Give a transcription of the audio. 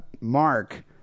Mark